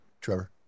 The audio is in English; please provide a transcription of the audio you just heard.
Trevor